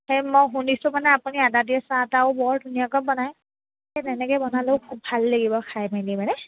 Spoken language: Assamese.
সেই মই শুনিছোঁ মানে আপুনি আদা দিয়া চাহ টাহো বৰ ধুনীয়াকৈ বনায় সেই তেনেকৈ বনালেও খুব ভাল লাগিব খাই মেলি মানে